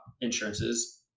insurances